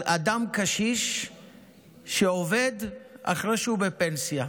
על אדם קשיש שעובד אחרי שהוא בפנסיה,